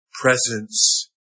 presence